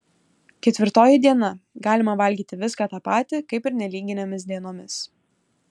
ketvirtoji diena galima valgyti viską tą patį kaip ir nelyginėmis dienomis